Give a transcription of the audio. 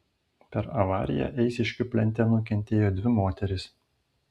per avariją eišiškių plente nukentėjo dvi moterys